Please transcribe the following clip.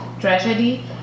tragedy